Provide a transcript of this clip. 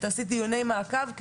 תעשי דיוני מעקב,